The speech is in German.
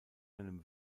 einem